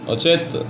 我觉得